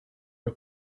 are